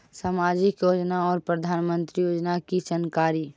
समाजिक योजना और प्रधानमंत्री योजना की जानकारी?